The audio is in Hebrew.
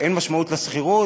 אין משמעות לשכירות.